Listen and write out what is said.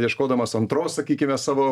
ieškodamas antros sakykime savo